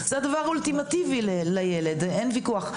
זה הדבר האולטימטיבי לילד אין ויכוח.